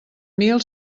mil